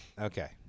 okay